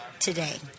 today